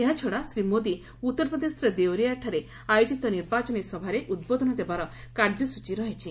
ଏହାଛଡ଼ା ଶ୍ରୀ ମୋଦି ଉତ୍ତର ପ୍ରଦେଶର ଦେଓରିଆଠାରେ ଆୟୋଜିତ ନିର୍ବାଚନୀ ସଭାରେ ଉଦ୍ବୋଧନ ଦେବାର କାର୍ଯ୍ୟସ୍ତଚୀ ରହିଛି